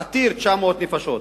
עתיר, 900 נפשות,